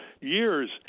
years